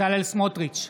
בצלאל סמוטריץ'